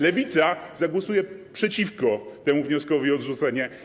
Lewica zagłosuje przeciwko wnioskowi o odrzucenie.